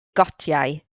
gotiau